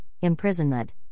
imprisonment